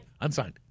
Unsigned